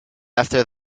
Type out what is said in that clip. after